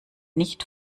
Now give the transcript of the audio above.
nicht